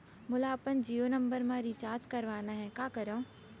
मोला अपन जियो नंबर म रिचार्ज करवाना हे, का करव?